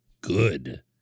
good